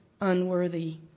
unworthy